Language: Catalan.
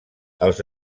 els